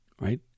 right